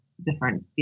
Different